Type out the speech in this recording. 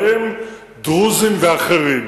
דרוזים ואחרים,